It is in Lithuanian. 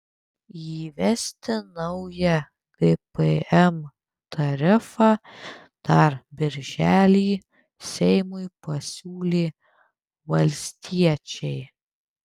įvesti naują gpm tarifą dar birželį seimui pasiūlė valstiečiai